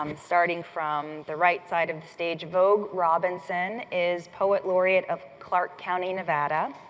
um starting from the right side of the stage, vogue robinson is poet laureate of clark county, nevada.